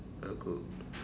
a good